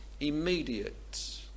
immediate